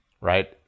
Right